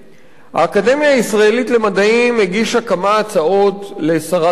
האקדמיה הישראלית למדעים הגישה כמה הצעות לשרת התרבות,